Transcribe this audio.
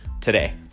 today